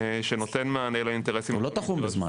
שנותן מענה לאינטרסים --- הוא לא תחום בזמן.